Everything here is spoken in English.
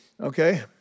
Okay